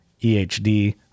EHD